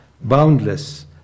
boundless